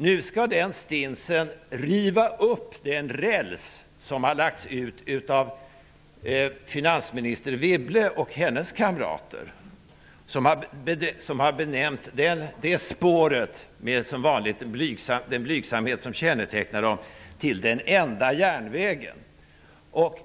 Nu skall stinsen riva upp den räls som har lagts ut av finansminister Wibble och hennes kamrater. Med den blygsamhet som kännetecknar dem har de benämnt detta spår den enda järnvägen.